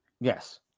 Yes